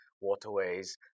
waterways